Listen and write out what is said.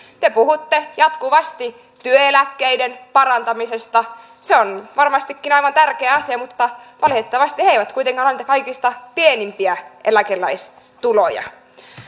te puhutte jatkuvasti työeläkkeiden parantamisesta se on varmastikin aivan tärkeä asia mutta valitettavasti ne eivät kuitenkaan ole niitä kaikista pienimpiä eläkeläistuloja